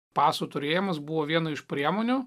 paso turėjimas buvo viena iš priemonių